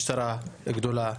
משטרה גדולה,